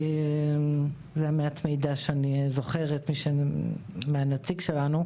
זה מעט המידע שאני זוכרת מהנציג שלנו.